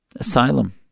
Asylum